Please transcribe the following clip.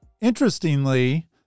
Interestingly